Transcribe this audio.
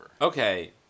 Okay